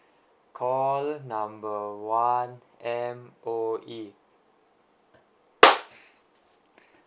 call number one M_O_E